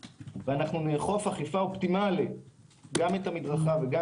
ונאכוף אכיפה אופטימלית גם את המדרכה וגם